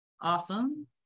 Awesome